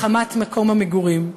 מחמת מקום המגורים.